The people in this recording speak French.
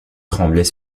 tremblait